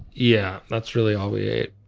yeah, that's really all we ate.